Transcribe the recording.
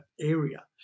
area